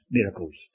miracles